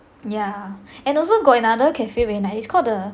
yeah and also got another cafe very nice it's called the